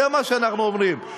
זה מה שאנחנו אומרים.